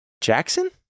Jackson